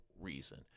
reason